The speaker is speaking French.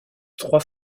trois